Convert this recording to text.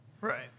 right